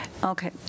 Okay